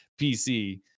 PC